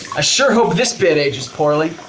sure hope this bit ages poorly.